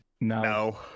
No